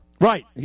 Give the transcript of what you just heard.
Right